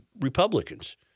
Republicans